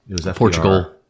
Portugal